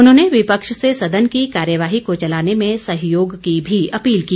उन्होंने विपक्ष से सदन की कार्यवाही को चलाने में सहयोग की भी अपील की